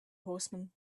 horsemen